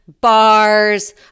bars